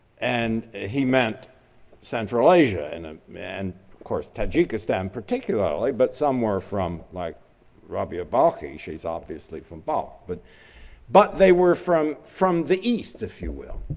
and he meant central asia and, um of course, tajikistan particularly but somewhere from like rabi'a balkhi, she's obviously from balkh. but but they were from from the east if you will.